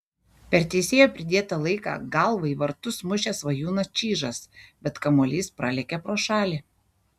per teisėjo pridėtą laiką galva į vartus mušė svajūnas čyžas bet kamuolys pralėkė pro šalį